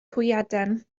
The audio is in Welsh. hwyaden